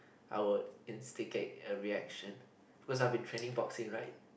I would indicate the reaction cause I have been training boxing right